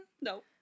No